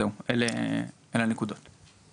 זהו, אלה הנקודות החשובות.